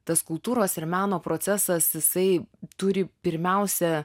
tas kultūros ir meno procesas jisai turi pirmiausia